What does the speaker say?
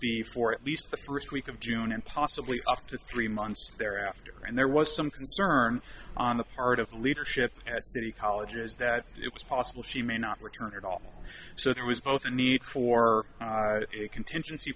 before at least the first week of june and possibly up to three months thereafter and there was some concern on the part of leadership at city college is that it was possible she may not return at all so there was both a need for contingency